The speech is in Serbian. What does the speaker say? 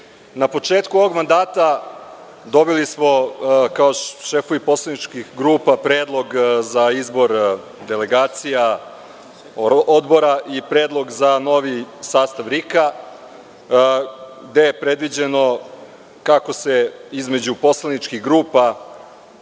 na početku ovog mandata dobili smo kao šefovi poslaničkih grupa predlog za izbor delegacija odbora i predlog za novi sastav RIK, gde je predviđeno kako se između poslaničkih grupa